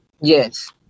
Yes